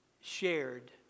shared